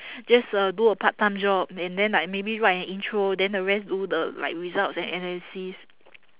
just uh do a part time job and then like maybe write an intro then the rest do the like results and analysis